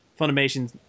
Funimation